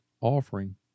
offering